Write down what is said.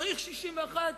צריך 61?